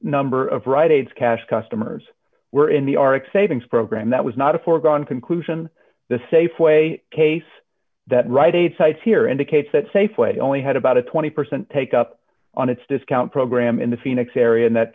number of right aids cash customers were in the arctic savings program that was not a foregone conclusion the safeway case that right eight sites here indicates that safeway only had about a twenty percent take up on its discount program in the phoenix area and that